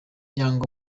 yanga